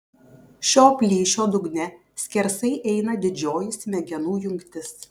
šio plyšio dugne skersai eina didžioji smegenų jungtis